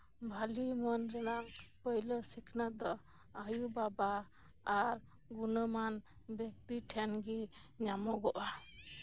ᱵᱷᱟᱞᱤ ᱢᱚᱱ ᱨᱮᱱᱟᱝ ᱯᱳᱭᱞᱳ ᱥᱤᱠᱷᱟᱱᱟᱹᱛ ᱫᱚ ᱟᱭᱳ ᱵᱟᱵᱟ ᱟᱨ ᱜᱩᱱᱟᱹᱢᱟᱱ ᱵᱮᱠᱛᱤ ᱴᱷᱮᱱᱜᱮ ᱧᱟᱢᱚᱜ ᱜᱚᱜᱼᱟ